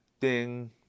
Ding